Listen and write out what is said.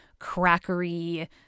crackery